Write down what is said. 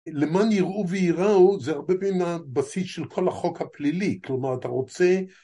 למען יראו ויראו, זה הרבה פעמים הבסיס של כל החוק הפלילי. כלומר אתה רוצה